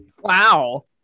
Wow